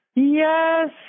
Yes